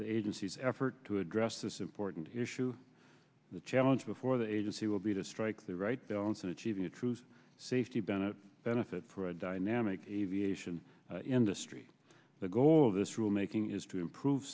the agency's effort to address this important issue the challenge before the agency will be to strike the right balance in achieving a truth safety been a benefit for a dynamic aviation industry the goal of this rule making is to improve